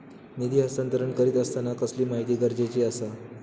निधी हस्तांतरण करीत आसताना कसली माहिती गरजेची आसा?